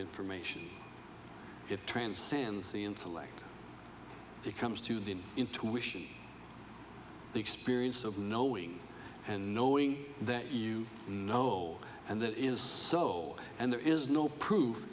information it transcends the intellect it comes to the intuition the experience of knowing and knowing that you know and that is so and there is no proof